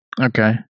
Okay